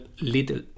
little